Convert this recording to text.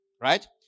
Right